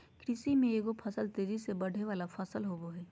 कृषि में एगो फसल तेजी से बढ़य वला फसल होबय हइ